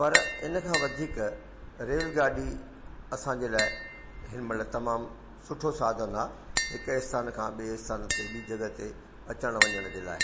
पर इन खां वधीक रेलगाॾी असांजे लाइ हिनमहिल तमामु सुठो साधन आहे हिकु स्थान खां ॿिए स्थान ते ॿी जॻह ते अचण वञण जे लाइ